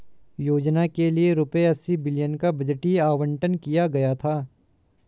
योजना के लिए रूपए अस्सी बिलियन का बजटीय आवंटन किया गया था